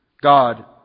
God